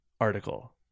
article